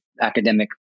academic